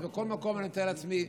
אז בכל מקום, אני מתאר לעצמי,